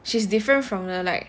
she's different from the like